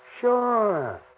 Sure